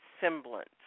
semblance